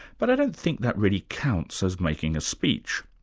but i don't think that really counts as making a speech.